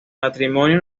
matrimonio